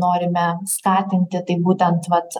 norime skatinti tai būtent vat